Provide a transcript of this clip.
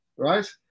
right